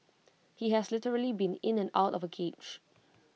he has literally been in and out of A cage